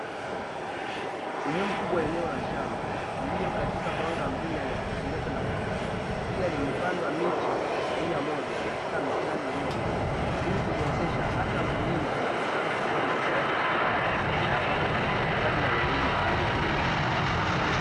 Sehemu kubwa ya eneo la shamba, iliyo katika mwanga mzuri na yenye kupendeza na kuvutia. Pia limepandwa miche ya aina moja katika mstari ulionyooka. Ili kumwezesha hata mkulima anapotaka kutoa mazao yake shambani, anayapata katika ustadi na ueledi wa hali ya juu.